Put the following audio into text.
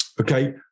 Okay